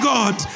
God